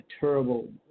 terrible